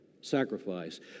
Sacrifice